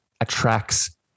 attracts